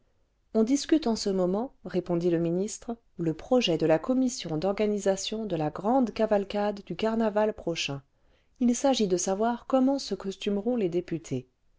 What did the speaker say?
on discute en ce moment répondit le ministre le projet de la commission d'organisation de la grande cavalcade du carnaval p roclimn il s'agit de savoir comment se costumeront les députés